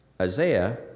Isaiah